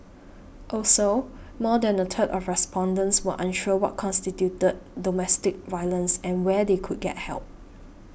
also more than a third of respondents were unsure what constituted domestic violence and where they could get help